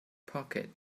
pocket